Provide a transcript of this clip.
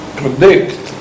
predict